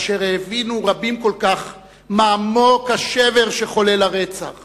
אשר בהם הבינו רבים כל כך מה עמוק השבר שחולל הרצח